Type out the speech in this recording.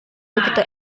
begitu